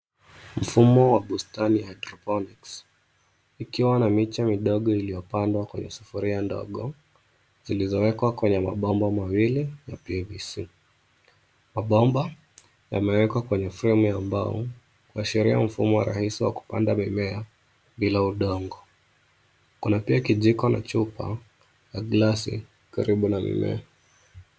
Mfumo wa bustani hydroponics , ikiwa na miche midogo iliyopandwa kwenye sufuria ndogo, zilizowekwa kwenye mabomba mawili, ya PVC. Mabomba, yamewekwa kwenye fremu ya mbao, kuashiria mfumo wa rahisi wa kupanda mimea, bila udongo. Kuna pia kijiko na chupa, ya glasi, karibu na mimea.